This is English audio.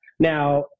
Now